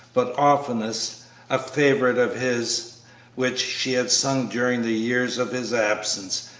but oftenest a favorite of his which she had sung during the years of his absence,